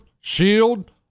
shield